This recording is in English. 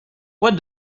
what